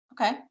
Okay